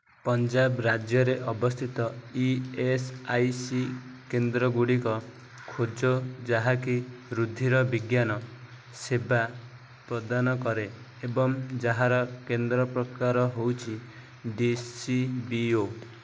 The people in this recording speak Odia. ପଞ୍ଜାବ ରାଜ୍ୟରେ ଅବସ୍ଥିତ ଇ ଏସ୍ ଆଇ ସି କେନ୍ଦ୍ରଗୁଡ଼ିକ ଖୋଜ ଯାହାକି ରୁଧିର ବିଜ୍ଞାନ ସେବା ପ୍ରଦାନ କରେ ଏବଂ ଯାହାର କେନ୍ଦ୍ର ପ୍ରକାର ହେଉଛି ଡି ସି ବି ଓ